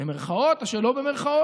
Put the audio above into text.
במירכאות או שלא במירכאות,